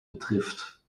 betrifft